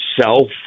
self